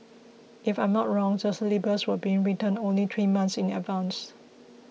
if I'm not wrong the syllabus was being written only three months in advance